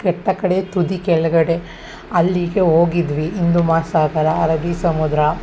ಕಟ್ಟಕಡೆಯ ತುದಿ ಕೆಳಗಡೆ ಅಲ್ಲಿಗೆ ಹೋಗಿದ್ವಿ ಹಿಂದೂ ಮಹಾಸಾಗರ ಅರಬ್ಬೀ ಸಮುದ್ರ